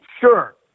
Sure